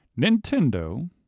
Nintendo